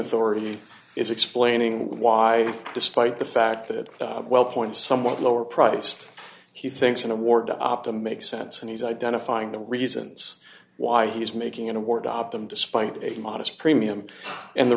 authority is explaining why despite the fact that wellpoint somewhat lower priced he thinks an award to optimum makes sense and he's identifying the reasons why he's making an award optum despite a modest premium and the